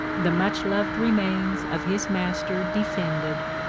the much-lov'd remains of his master defended,